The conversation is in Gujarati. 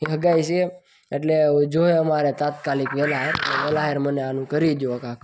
સગાઈ છે એટલે જોઈશે અમારે તાત્કાલીક વેળાસર એટલે વહેલાસર મને આનું કરી દ્યો કાકા